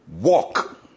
Walk